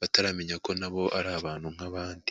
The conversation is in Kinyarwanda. bataramenya ko nabo ari abantu nk'abandi.